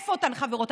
איפה אותן חברות?